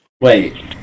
Wait